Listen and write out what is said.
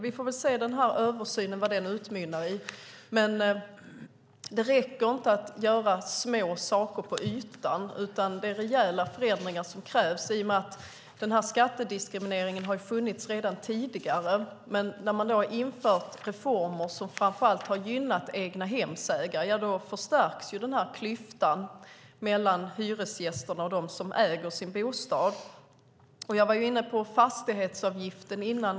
Vi får väl se vad översynen utmynnar i. Det räcker inte att göra små saker på ytan, utan det är rejäla förändringar som krävs i och med att den här skattediskrimineringen har funnits redan tidigare. När man har infört reformer som framför allt har gynnat egnahemsägare har klyftan mellan hyresgästerna och dem som äger sin bostad förstärkts. Jag var inne på fastighetsavgiften tidigare.